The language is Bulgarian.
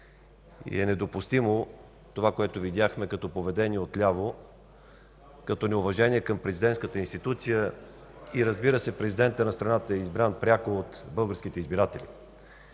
Недопустимо е това, което видяхме като поведение от ляво, като неуважение към президентската институция и, разбира се, президентът на страната е избран пряко от българските избиратели.